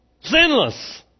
Sinless